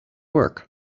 work